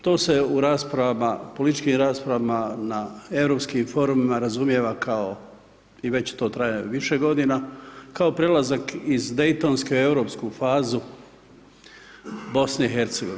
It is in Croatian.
Tu se u raspravama, političkim raspravama na europskim forumima razumijeva kao i već to traje više godina, kao prelazak iz Dejtonske u europsku fazu BiH.